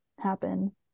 happen